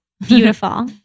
Beautiful